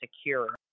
secure